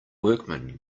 workman